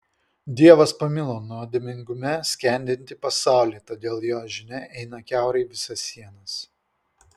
dievas pamilo nuodėmingume skendintį pasaulį todėl jo žinia eina kiaurai visas sienas